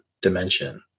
dimension